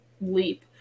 leap